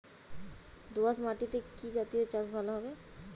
দোয়াশ মাটিতে কি জাতীয় চাষ ভালো হবে?